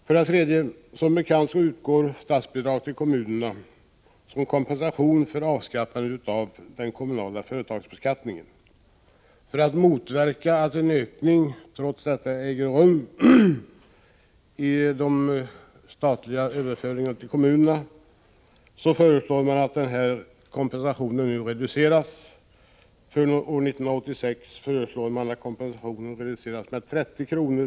För det tredje utgår som bekant statsbidrag till kommunerna som kompensation för avskaffandet av den kommunala företagsbeskattningen. För att motverka att en ökning trots detta äger rum i de statliga överföringarna till kommunerna föreslås att denna kompensation reduceras. För år 1986 föreslås en reducering med 30 kr.